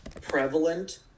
prevalent